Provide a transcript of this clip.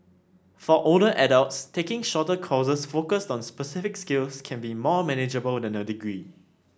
for older adults taking shorter courses focused on specific skills can be more manageable than a degree